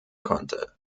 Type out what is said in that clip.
konnte